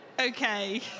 Okay